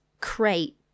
crate